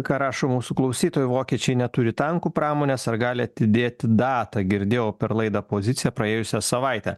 ką rašo mūsų klausytojai vokiečiai neturi tankų pramonės ar gali atidėti datą girdėjau per laidą pozicija praėjusią savaitę